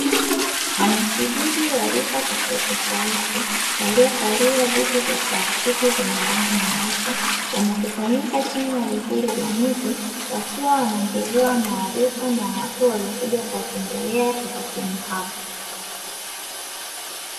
Wanakijiji wa rika tofauti tofauti waliokalia vitu vya plastiki vyenye rangi nyeupe, wamekusanyika chini ya vivuli vya miti wakiwa wanaongezewa maarifa na watu waliokuja kuwatembelea kijijini hapo.